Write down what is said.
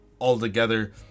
altogether